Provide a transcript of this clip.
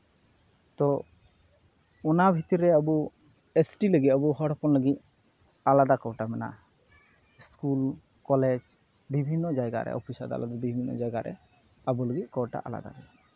ᱛᱚ ᱚᱱᱟ ᱵᱷᱤᱛᱨᱤ ᱨᱮ ᱟᱵᱚ ᱮ ᱥ ᱴᱤ ᱞᱟᱹᱜᱤᱫ ᱟᱵᱚ ᱦᱚᱲ ᱦᱚᱯᱚᱱ ᱞᱟᱹᱜᱤᱫ ᱟᱞᱟᱫ ᱠᱳᱴᱟ ᱢᱮᱱᱟᱜᱼᱟ ᱥᱠᱩᱞ ᱠᱚᱞᱮᱡᱽ ᱵᱤᱵᱷᱤᱱᱱᱚ ᱡᱟᱭᱜᱟ ᱨᱮ ᱚᱯᱷᱤᱥ ᱟᱫᱟᱞᱚᱛ ᱵᱤᱵᱷᱤᱱᱱᱚ ᱡᱟᱭᱜᱟ ᱨᱮ ᱟᱵᱚ ᱞᱟᱹᱜᱤᱫ ᱠᱳᱴᱟ ᱟᱞᱟᱫᱟ ᱜᱮᱭᱟ